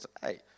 hey